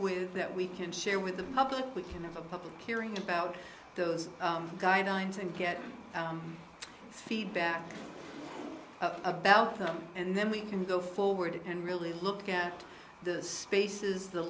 with that we can share with the public we can have a public hearing about those guidelines and get feedback about them and then we can go forward and really look at the spaces the